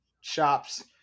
shops